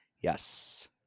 Yes